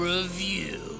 Review